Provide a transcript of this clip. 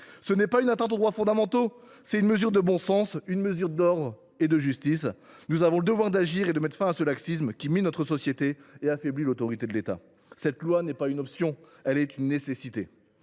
Loin d’une atteinte aux droits fondamentaux, c’est une mesure de bon sens, d’ordre et de justice. Nous avons le devoir d’agir pour mettre fin à ce laxisme qui mine notre société et affaiblit l’autorité de l’État. Ce texte est non pas une option, mais une nécessité.